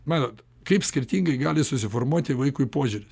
matot kaip skirtingai gali susiformuoti vaikui požiūris